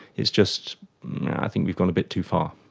it's just i think we've gone a bit too far.